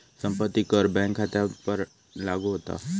संपत्ती कर बँक खात्यांवरपण लागू होता